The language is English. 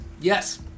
Yes